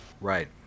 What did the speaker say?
Right